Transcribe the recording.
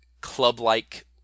club-like